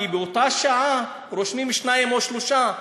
כי לאותה שעה רושמים שניים או שלושה,